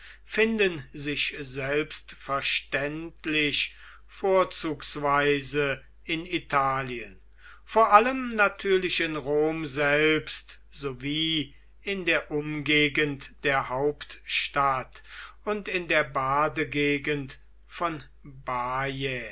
finden sich selbstverständlich vorzugsweise in italien vor allem natürlich in rom selbst sowie in der umgegend der hauptstadt und in der badegegend von